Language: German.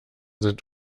sind